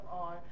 on